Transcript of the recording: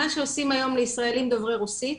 מה שעושים היום לישראלים דוברי רוסית,